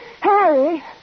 Harry